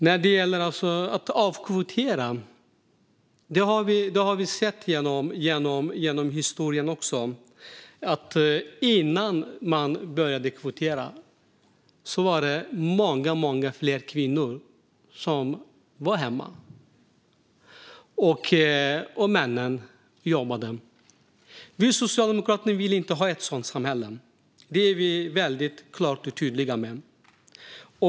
När det gäller att avkvotera har vi genom historien sett att innan man började kvotera var det många fler kvinnor som var hemma, och männen jobbade. Vi socialdemokrater vill inte ha ett sådant samhälle. Det är vi mycket tydliga med.